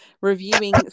reviewing